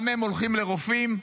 גם הם הולכים לרופאים,